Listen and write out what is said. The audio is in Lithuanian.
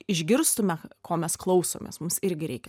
išgirstume ko mes klausomės mus irgi reikia